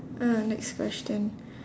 uh next question